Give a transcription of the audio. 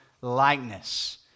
likeness